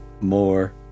more